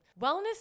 Wellness